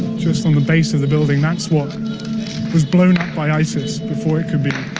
just on the base of the building. that's what was blown up by isis before it could be